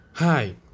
Hi